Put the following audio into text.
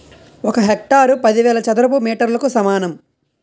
ఒక హెక్టారు పదివేల చదరపు మీటర్లకు సమానం